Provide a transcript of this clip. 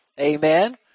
Amen